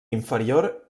inferior